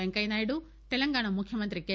పెంకయ్యనాయుడు తెలంగాణ ముఖ్యమంత్రి కె